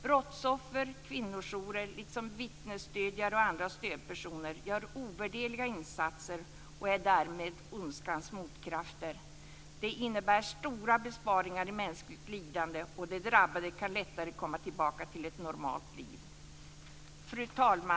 Brottsoffer, kvinnojourer liksom vittnesstödjare och andra stödpersoner gör ovärderliga insatser och är därmed ondskans motkrafter. Det innebär stora besparingar i mänskligt lidande, och de drabbade kan lättare komma tillbaka till ett normalt liv. Fru talman!